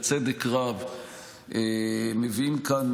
בצדק רב מביאים כאן,